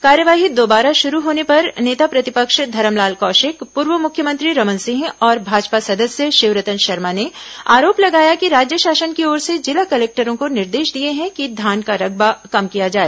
कार्यवाही दोबारा शुरू होने पर नेता प्रतिपक्ष धरमलाल कौशिक पूर्व मुख्यमंत्री रमन सिंह और भाजपा सदस्य शिवरतन शर्मा ने आरोप लगाया कि राज्य शासन की ओर से जिला कलेक्टरों को निर्देश दिए हैं कि धान का रकबा कम किया जाए